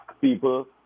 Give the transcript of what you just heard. people